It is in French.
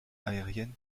aérienne